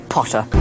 Potter